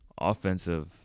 offensive